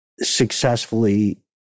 successfully